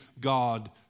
God